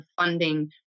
funding